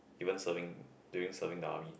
even serving even during serving the army